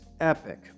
epic